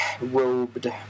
robed